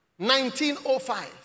1905